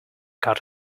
cut